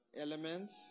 elements